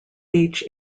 beach